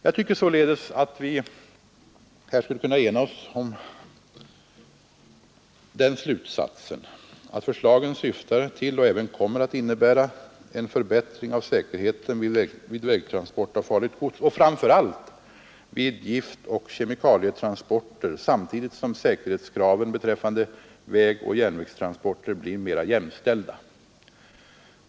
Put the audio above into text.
Jag tycker således att vi här skulle kunna ena oss om den slutsatsen att förslagen syftar till och även kommer att innebära en förbättring av säkerheten vid vägtransport av farligt gods och framför allt vid giftoch kemikalietransporter, samtidigt som säkerhetskraven beträffande vägoch järnvägstransporter blir mera jämställda.